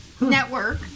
network